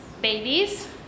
Babies